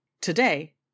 Today